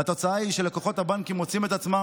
והתוצאה היא שלקוחות הבנקים מוצאים את עצמם